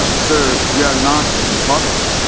ah sir, we are not in the parliament.